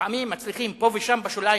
לפעמים מצליחים פה ושם בשוליים,